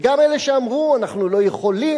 וגם אלה שאמרו: אנחנו לא יכולים,